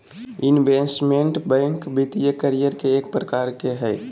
investment banker वित्तीय career के एक प्रकार हय